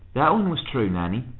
that one was true, nanny.